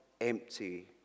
empty